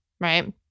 right